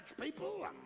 people